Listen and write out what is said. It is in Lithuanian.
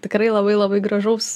tikrai labai labai gražaus